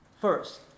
first